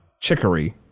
Chicory